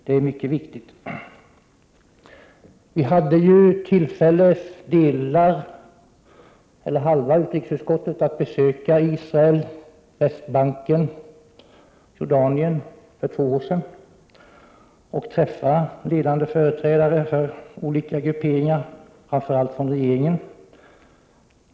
Det är mycket viktigt. Halva utrikesutskottet hade för två år sedan tillfälle att besöka Israel, Västbanken och Jordanien. Vi träffade ledande företrädare för olika grupperingar — framför allt från regeringen.